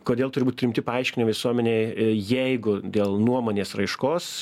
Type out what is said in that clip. kodėl turi būt rimti paaiškini visuomenei jeigu dėl nuomonės raiškos